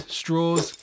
straws